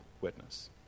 witness